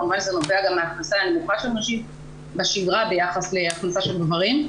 כמובן שזה נובע גם מההכנסה הנמוכה של נשים בשגרה ביחס להכנסה של גברים,